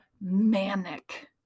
manic